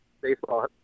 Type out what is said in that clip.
baseball